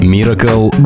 Miracle